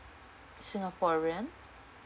singaporean